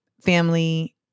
family